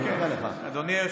אף אחד לא מפריע לך.